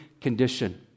condition